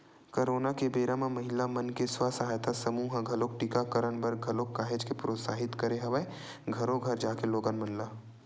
corona के बेरा म महिला मन के स्व सहायता समूह ह टीकाकरन बर घलोक काहेच के प्रोत्साहित करे हवय घरो घर जाके लोगन मन ल